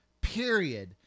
Period